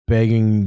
Begging